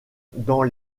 dans